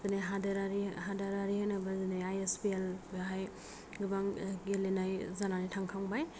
दिनै हादरारि हादरारि होनोब्ला जेरै I S P L O बेवहाय गोबां गेलेनाय जानानै थांखांबाय